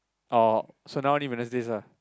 oh so now only Wednesdays ah